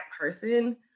person